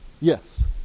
Yes